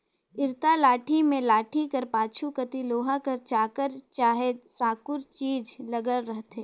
इरता लाठी मे लाठी कर पाछू कती लोहा कर चाकर चहे साकुर चीज लगल रहथे